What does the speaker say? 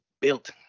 built